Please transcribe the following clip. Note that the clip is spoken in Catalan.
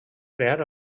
crear